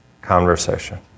conversation